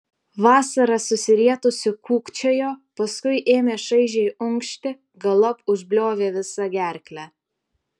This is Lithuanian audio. vasara susirietusi kūkčiojo paskui ėmė šaižiai unkšti galop užbliovė visa gerkle